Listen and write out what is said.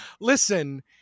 Listen